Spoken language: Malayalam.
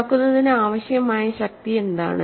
തുറക്കുന്നതിന് ആവശ്യമായ ശക്തി എന്താണ്